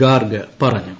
ഗാർഗ് പറഞ്ഞു